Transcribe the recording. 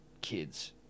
kids